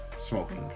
smoking